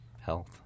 health